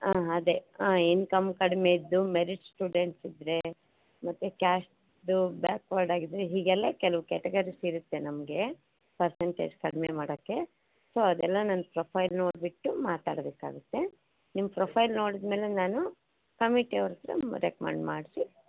ಆಂ ಅದೇ ಆಂ ಇನ್ಕಮ್ ಕಡಿಮೆ ಇದ್ದು ಮೆರಿಟ್ ಸ್ಟೂಡೆಂಟ್ಸ್ ಇದ್ದರೆ ಮತ್ತು ಕ್ಯಾಸ್ಟ್ದು ಬ್ಯಾಕ್ವರ್ಡ್ ಆಗಿದ್ದರೆ ಹೀಗೆಲ್ಲ ಕೆಲವು ಕ್ಯಾಟೆಗರೀಸ್ ಇರುತ್ತೆ ನಮಗೆ ಪರ್ಸೆಟೆಂಜ್ ಕಡಿಮೆ ಮಾಡೋಕ್ಕೆ ಸೋ ಅದೆಲ್ಲ ನಾನು ಪ್ರೊಫೈಲ್ ನೋಡಿಬಿಟ್ಟು ಮಾತಾಡಬೇಕಾಗುತ್ತೆ ನಿಮ್ಮ ಪ್ರೊಫೈಲ್ ನೋಡಿದ ಮೇಲೆ ನಾನು ಕಮಿಟಿ ಅವ್ರ ಹತ್ರ ರೆಕಮೆಂಡ್ ಮಾಡಿಸಿ